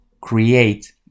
create